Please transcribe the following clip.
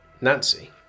Nancy